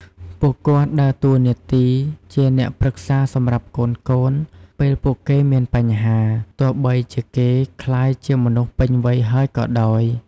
ពួកគាត់ដើរតួជាអ្នកប្រឹក្សាសម្រាប់កូនៗ ពេលពួកគេមានបញ្ហា ទោះបីជាគេក្លាយជាមនុស្សពេញវ័យហើយក៏ដោយ។